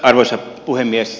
arvoisa puhemies